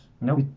No